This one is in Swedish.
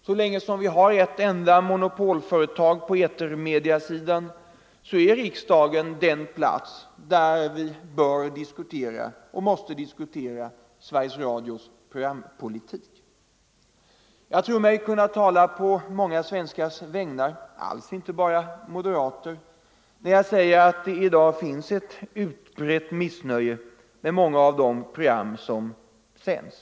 Så länge som vi har ett enda monopolföretag på etermediesidan är riksdagen den plats där vi bör och måste diskutera Sveriges Radios programpolitik. Nr 125 Jag tror mig kunna tala på många svenskars vägnar, alls inte bara Onsdagen den moderater, när jag säger att det i dag finns ett utbrett missnöje med 20 november 1974 många av de program som sänds.